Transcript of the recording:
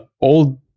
old